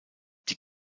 die